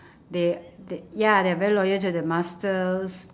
they they ya they're very loyal to their masters